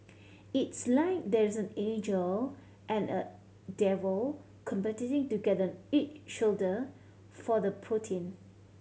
it's like there's an angel and a devil competing to get each shoulder for the protein